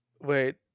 Wait